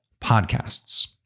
podcasts